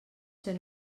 ser